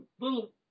little